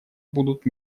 будут